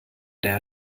der